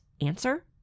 answer